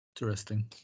Interesting